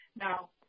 Now